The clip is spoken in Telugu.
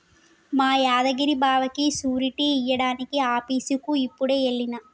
మా యాదగిరి బావకి సూరిటీ ఇయ్యడానికి ఆఫీసుకి యిప్పుడే ఎల్లిన